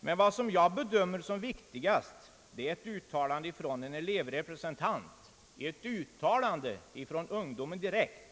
Vad jag emellertid bedömer som viktigast är ett uttalande från en elevrepresentant — ett uttalande från ungdomen direkt.